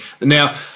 Now